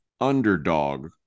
underdog